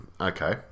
Okay